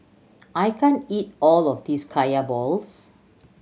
I can't eat all of this Kaya balls